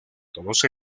todos